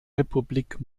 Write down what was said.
republik